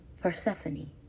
Persephone